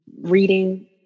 reading